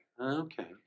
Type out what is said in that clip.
Okay